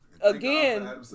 Again